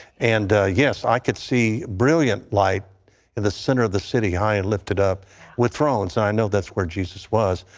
and yes, i could see brilliant light in the center of the city high and lifted up with thrones. i know that's where jesus was.